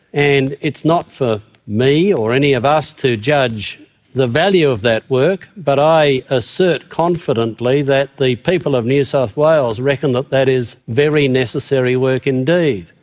and it's not for me or for any of us to judge the value of that work. but i assert confidently that the people of new south wales reckon that that is very necessary work indeed.